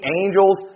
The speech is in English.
angels